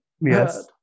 yes